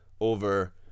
over